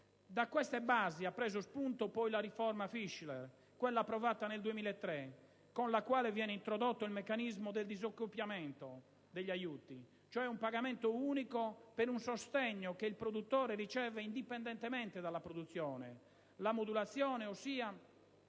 Da queste basi ha preso spunto poi la riforma Fischler, quella approvata nel 2003, con la quale viene introdotto il meccanismo del disaccoppiamento degli aiuti, cioè un pagamento unico per un sostegno che il produttore riceve indipendentemente dalla produzione, la modulazione ossia